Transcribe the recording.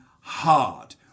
hard